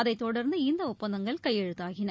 அதைத் தொடர்ந்து இந்த ஒப்பந்தங்கள் கையெழுத்தாகின